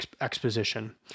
exposition